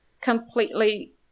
completely